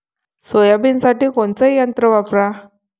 सोयाबीनसाठी कोनचं यंत्र वापरा?